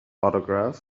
autographs